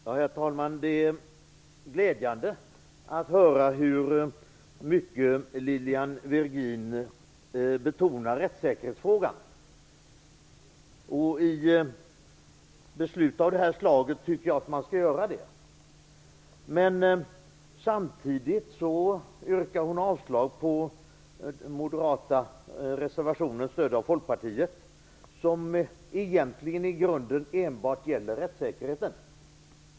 Herr talman! Det är glädjande att höra hur mycket Lilian Virgin betonar rättssäkerhetsfrågan. I fråga om beslut av det här slaget tycker jag att man skall göra det. Men samtidigt yrkar Lilian Virgin på vår reservation, vilken stöds av Folkpartiet. I grunden gäller det rättssäkerheten.